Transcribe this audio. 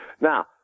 Now